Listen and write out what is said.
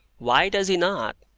why does he not?